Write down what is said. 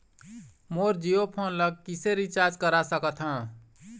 मोर Jio phone ला किसे recharge करा सकत हवं?